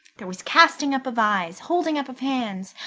there was casting up of eyes, holding up of hands,